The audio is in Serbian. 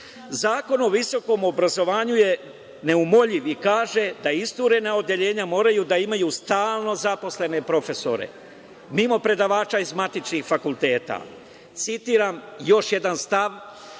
nema. Zakon o visokom obrazovanju je neumoljiv i kaže da isturena odeljenja moraju da imaju stalno zaposlene profesore, mimo predavača iz matičnih fakulteta. Citiram još jedan stav